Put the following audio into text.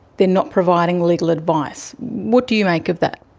they are not providing legal advice. what do you make of that?